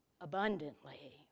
abundantly